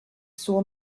saw